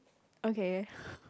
okay